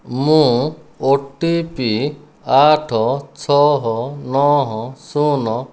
ମୁଁ O T P ଆଠ ଛଅ ନଅ ଶୂନ୍